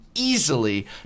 easily